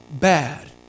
bad